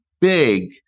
big